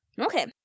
okay